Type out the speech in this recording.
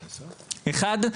אחד,